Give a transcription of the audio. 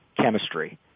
chemistry